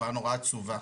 תופעה נורא עצובה,